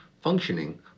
functioning